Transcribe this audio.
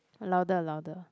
louder louder